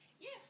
Yes